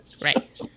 Right